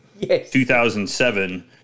2007